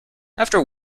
after